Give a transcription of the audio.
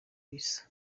ibisa